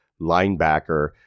linebacker